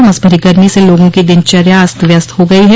उमस भरी गर्मी से लोगों की दिनचर्या अस्त व्यस्त हो गई है